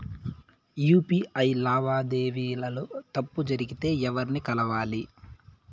UPI లావాదేవీల లో తప్పులు జరిగితే ఎవర్ని కలవాలి?